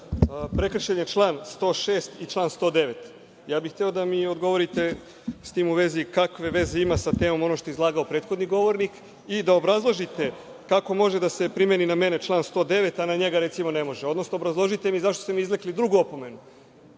Prekršen je član 106. i član 109.Ja bih hteo da mi odgovorite s tim u vezi kakve veze sa temom ono što je izlagao prethodni govornik i da obrazložite kako može da se primeni na mene član 109. a na njega recimo ne može, odnosno obrazložite mi zašto ste mi izrekli drugu opomenu?